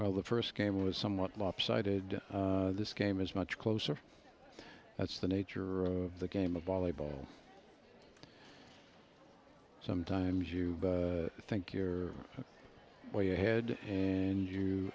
well the first game was somewhat lopsided this game is much closer that's the nature of the game of volleyball sometimes you think you're where your head and you